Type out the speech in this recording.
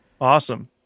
Awesome